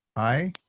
aye.